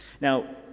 Now